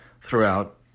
throughout